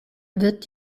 wird